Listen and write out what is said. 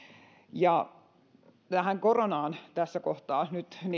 ja tähän koronaan nyt tässä kohtaa